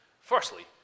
firstly